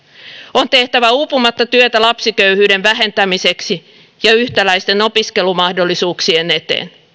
on tehtävä uupumatta työtä lapsiköyhyyden vähentämiseksi ja yhtäläisten opiskelumahdollisuuksien eteen